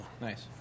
Nice